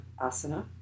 asana